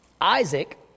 Isaac